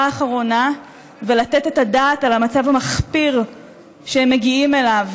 האחרונה ולתת את הדעת על המצב המחפיר שהם מגיעים אליו,